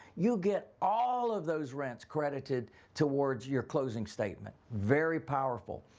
you get all of those rents credited towards your closing statement. very powerful.